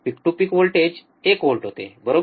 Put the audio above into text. peak to peak voltage एक volt होते बरोबर